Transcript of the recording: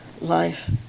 life